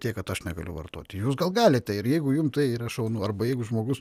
tiek kad aš negaliu vartoti jūs gal galite ir jeigu jum tai yra šaunu arba jeigu žmogus